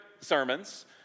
sermons